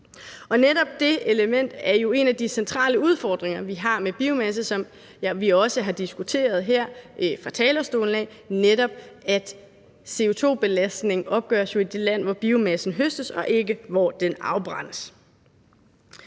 det element er jo en af de centrale udfordringer, vi har med biomasse, som vi jo også har diskuteret her fra talerstolen af, nemlig at CO2-belastningen jo opgøres i det land, hvor biomassen høstes, og ikke hvor den afbrændes.